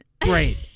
great